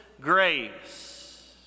grace